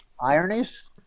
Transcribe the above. ironies